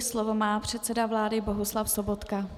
Slovo má předseda vlády Bohuslav Sobotka.